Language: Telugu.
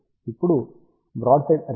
ఇప్పుడు బ్రాడ్సైడ్ అర్రే కోసం δ 0